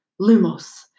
Lumos